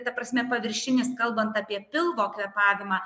ta prasme paviršinis kalbant apie pilvo kvėpavimą